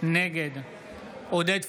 נגד עודד פורר,